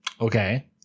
Okay